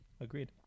Agreed